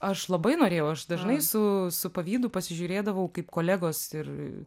aš labai norėjau aš dažnai su su pavydu pasižiūrėdavau kaip kolegos ir